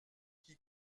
qui